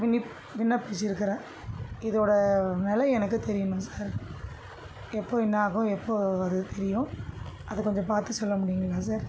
விண்ணிப் விண்ணப்பிச்சிருக்கிறேன் இதோடய வில எனக்கு தெரியணும் சார் எப்போ என்ன ஆகும் எப்போ வரது தெரியும் அதை கொஞ்சம் பார்த்து சொல்ல முடியுங்களா சார்